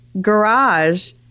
garage